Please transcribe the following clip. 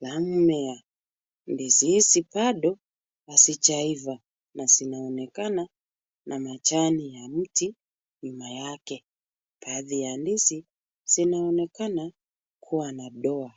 la mmea. Ndizi hizi bado hazijaiva na zinaonekana na majani ya mti nyuma yake. Baadhi ya ndizi zinaonekana kuwa na doa.